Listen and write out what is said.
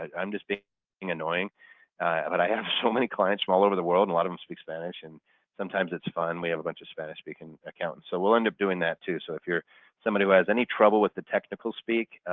ah i'm just being annoying but i have so many clients from all over the world and a lot of them speak spanish and sometimes it's fun. we have a bunch of spanish-speaking accountants. so we'll end up doing that too so if you're someone who has any trouble with the technical speak,